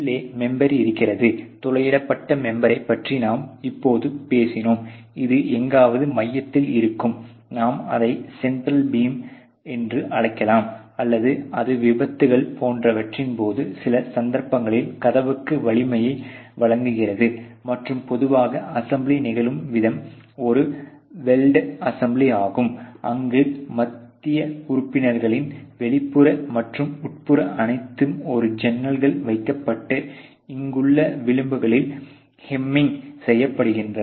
உள்ளே மெம்பெர் இருக்கிறது துளையிடப்பட்ட மெம்பரைப் பற்றி நாம் இப்போது பேசினோம் இது எங்காவது மையத்தில் இருக்கும் நாம் அதை சென்ட்ரல் பீம் என்று அழைக்கலாம் அல்லது இது விபத்துகள் போன்றவற்றின் போது சில சந்தர்ப்பங்களில் கதவுக்கு வலிமையை வழங்குகிறது மற்றும் பொதுவாக அசெம்பிளி நிகழும் விதம் ஒரு வெல்ட் அசெம்பிளி ஆகும் அங்கு மத்திய உறுப்பினர்களின் வெளிப்புற மற்றும் உட்புறம் அனைத்தும் ஒரு ஜாக்கில் வைக்கப்பட்டு இங்குள்ள விளிம்புகளில் ஹேமிங் செய்யப்படுகிறது